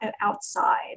outside